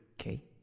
Okay